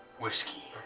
whiskey